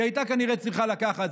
היא הייתה כנראה צריכה לקחת,